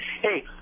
Hey